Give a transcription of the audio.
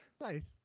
nice